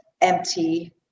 empty